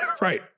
Right